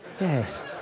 Yes